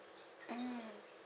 mm